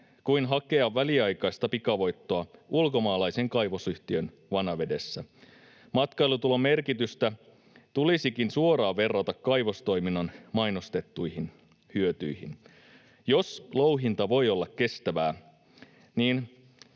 kuin hakea väliaikaista pikavoittoa ulkomaalaisen kaivosyhtiön vanavedessä. Matkailutulon merkitystä tulisikin suoraan verrata kaivostoiminnan mainostettuihin hyötyihin. Jos louhinta voi olla kestävää,